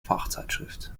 fachzeitschrift